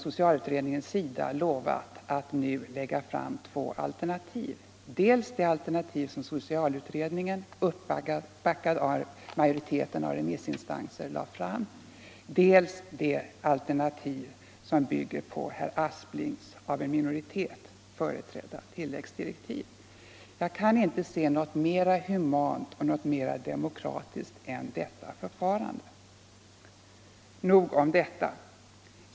Socialutredningen har lovat att lägga fram två alternativ: dels det alternativ som socialutredningen uppbackad av majoriteten av remissinstanserna lade fram, dels det alternativ som bygger på herr Asplings av en minoritet företrädda tilläggsdirektiv. Jag kan inte se något mera humant och demokratiskt än detta förfarande. Nog om det.